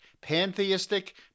pantheistic